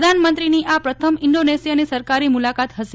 પ્રધાનમંત્રી ની આ પ્રથમ ઇન્ડોનેશિયાની સરકારી મુલાકાત હશે